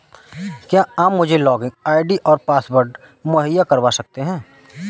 क्या आप मुझे लॉगिन आई.डी और पासवर्ड मुहैय्या करवा सकते हैं?